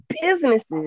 businesses